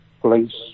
police